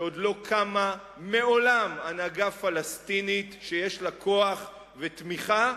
שעוד לא קמה מעולם הנהגה פלסטינית שיש לה כוח ותמיכה,